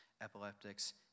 epileptics